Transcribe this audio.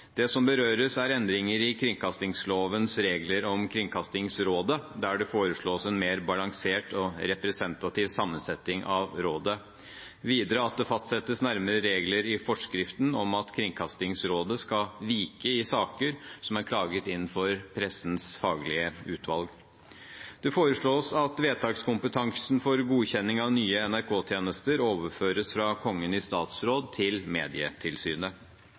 Det som berøres, er endringer i kringkastingslovens regler om Kringkastingsrådet, der det foreslås en mer balansert og representativ sammensetning av rådet, videre at det fastsettes nærmere regler i forskriften om at Kringkastingsrådet skal vike i saker som er klaget inn for Pressens Faglige Utvalg. Det foreslås også at vedtakskompetansen for godkjenning av nye NRK-tjenester overføres fra Kongen i statsråd til Medietilsynet.